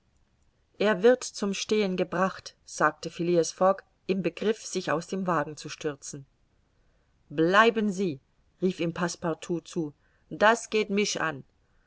er wird zum stehen gebracht sagte phileas fogg im begriff sich aus dem wagen zu stürzen bleiben sie rief ihm passepartout zu das geht mich an